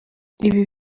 ibi